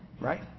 Right